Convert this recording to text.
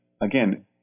again